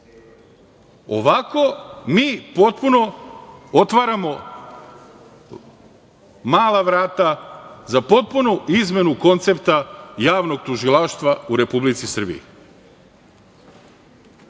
mi potpuno otvaramo mala vrata za potpunu izmenu koncepta javnog tužilaštva u Republici Srbiji.